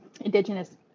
indigenous